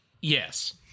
yes